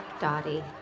Dottie